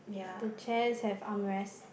the chairs have armrest